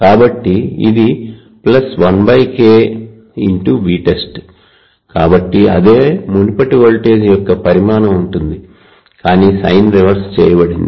కాబట్టి ఇది 1K×Vtest కాబట్టి అదే మునుపటి వోల్టేజ్ యొక్క పరిమాణం ఉంటుంది కానీ సైన్ రివర్స్ చేయబడింది